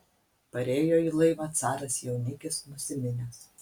parėjo į laivą caras jaunikis nusiminęs